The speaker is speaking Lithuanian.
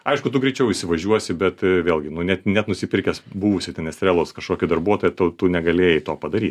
aišku tu greičiau įsivažiuosi bet vėlgi nu net net nusipirkęs buvusį ten estrelos kažkokį darbuotoją to tu negalėjai to padaryt